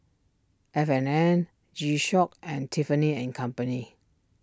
F and N G Shock and Tiffany and Company